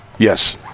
Yes